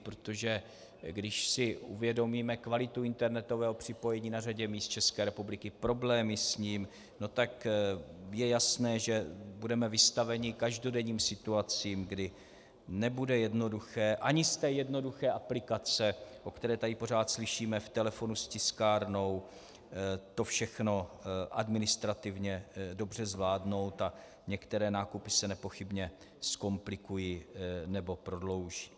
Protože když si uvědomíme kvalitu internetového připojení na řadě míst České republiky, problémy s ním, tak je jasné, že budeme vystaveni každodenním situacím, kdy nebude jednoduché ani z té jednoduché aplikace, o které tady pořád slyšíme, v telefonu s tiskárnou, to všechno administrativně dobře zvládnout a některé nákupy se nepochybně zkomplikují nebo prodlouží.